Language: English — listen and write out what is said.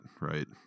right